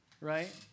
right